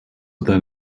than